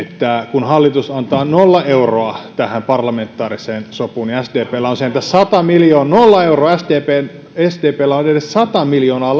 kun hallitus antaa nolla euroa tähän parlamentaariseen sopuun niin sdpllä on sentään sata miljoonaa nolla euroa sdpllä se on edes sata miljoonaa